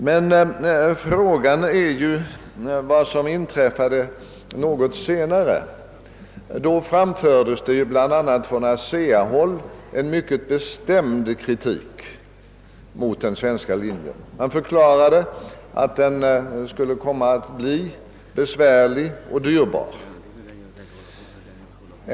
Men frågan är vad som inträffade något senare. Då framfördes bl.a. från ASEA-håll en mycket bestämd kritik mot den svenska linjen; man förklarade att den skulle komma att bli besvärlig och dyrbar.